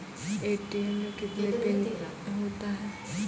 ATM मे कितने pin होता हैं?